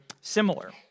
similar